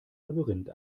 labyrinth